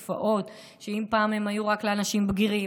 תופעות שאם פעם הן היו רק אצל אנשים בגירים,